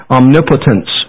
omnipotence